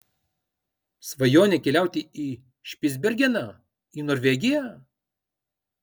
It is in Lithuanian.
svajonė keliauti į špicbergeną į norvegiją